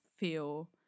Feel